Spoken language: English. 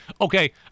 okay